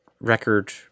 record